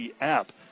app